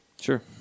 Sure